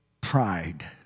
pride